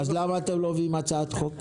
אז למה אתם לא מביאים הצעת חוק?